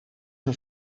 een